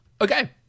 Okay